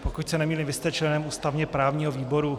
Pokud se nemýlím, vy jste členem ústavněprávního výboru.